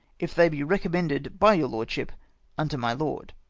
if they be recommended by your lordship unto my lord,